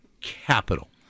Capital